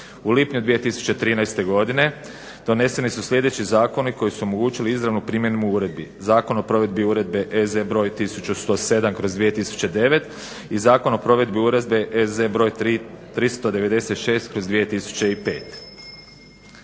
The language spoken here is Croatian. U lipnju 2013. godine doneseni su sljedeći zakoni koji su omogućili izravnu primjenu uredbi. Zakon o provedbi Uredbe EZ br. 1107/2009 i Zakon o provedbi Uredbe EZ br. 396/2005.